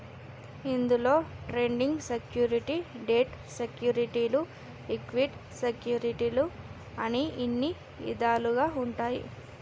ఇందులో trading security, debt సెక్యూరిటీలు equity సెక్యూరిటీలు అని ఇన్ని ఇదాలుగా ఉంటాయి